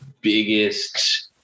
biggest